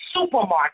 supermarket